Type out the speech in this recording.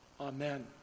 Amen